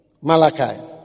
Malachi